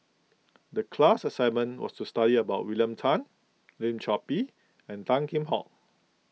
the class assignment was to study about William Tan Lim Chor Pee and Tan Kheam Hock